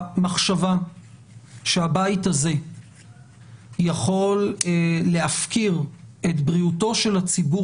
המחשבה שהבית הזה יכול להפקיר את בריאותו של הציבור